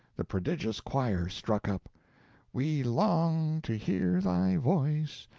the prodigious choir struck up we long to hear thy voice,